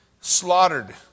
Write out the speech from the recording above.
slaughtered